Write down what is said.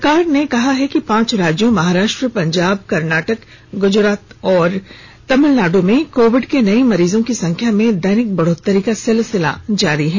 सरकार ने कहा है कि पांच राज्यों महाराष्ट्र पंजाब कर्नाटक गुजरात और तमिलनाड् में कोविड के नए मरीजों की संख्या में दैनिक बढ़ोतरी का सिलसिला जारी है